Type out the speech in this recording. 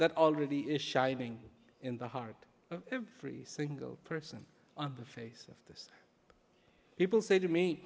that already is shining in the heart free single person on the face of this people say to me